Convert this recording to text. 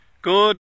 Good